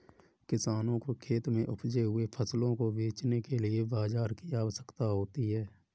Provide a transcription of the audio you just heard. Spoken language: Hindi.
किसानों के खेत में उपजे हुए फसलों को बेचने के लिए बाजार की आवश्यकता होती है